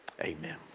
amen